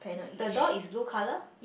the door is blue colour